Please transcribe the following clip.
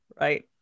Right